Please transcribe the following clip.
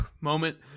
moment